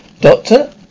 Doctor